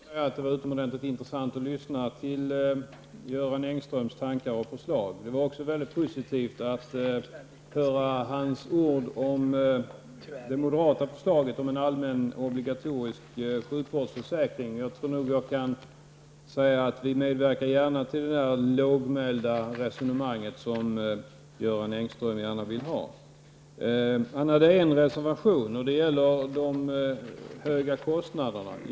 Fru talman! Jag måste säga att det var utomordentligt intressant att lyssna till Göran Engströms tankar och förslag. Det var också väldigt positivt att höra hans ord om det moderata förslaget om en allmän obligatorisk sjukvårdsförsäkring. Jag tror nog att jag kan säga att vi gärna medverkar till det lågmälda resonemang som Göran Engström gärna vill ha. Göran Engström hade en reservation, och det gällde de höga kostnaderna.